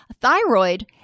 thyroid